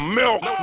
milk